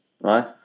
Right